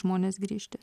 žmonės grįžti